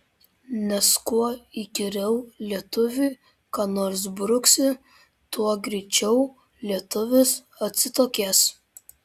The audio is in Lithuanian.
nes kuo įkyriau lietuviui ką nors bruksi tuo greičiau lietuvis atsitokės